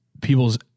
people's